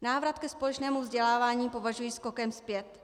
Návrat ke společnému vzdělávání považuji za skok zpět.